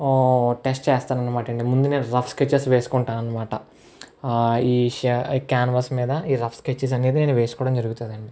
test చేస్తాను అన్నమాట ముందు నేను రఫ్ స్కెచెస్ వేసుకుంటాను అన్నమాట ఈ ష్ క్యాన్వాస్ మీద ఈ రఫ్ స్కెచెస్ అనేది నేను వేసుకోవడం జరుగుతాదండి